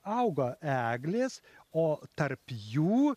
auga eglės o tarp jų